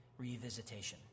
revisitation